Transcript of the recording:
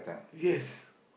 yes